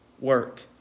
work